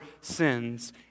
sins